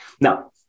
Now